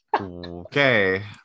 Okay